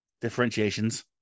differentiations